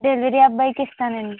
delivery అబ్బాయికి ఇస్తానండి